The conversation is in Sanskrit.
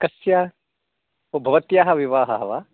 कस्य ओ भवत्याः विवाहः वा